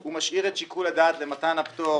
הוא משאיר את שיקול הדעת למתן הפטור